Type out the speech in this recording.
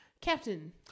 Captain